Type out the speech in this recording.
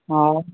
हा